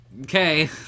Okay